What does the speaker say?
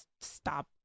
stop